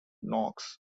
knox